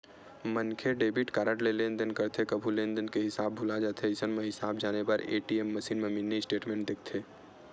मनखे debit card ले लेनदेन करथे कभू लेनदेन के हिसाब भूला जाथे अइसन म हिसाब जाने बर ए.टी.एम मसीन म मिनी स्टेटमेंट देखथे